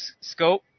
Scope